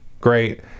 great